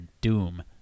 doom